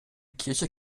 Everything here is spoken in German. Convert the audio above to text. kirche